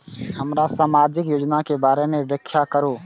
हमरा सामाजिक योजना के बारे में व्याख्या करु?